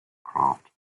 craft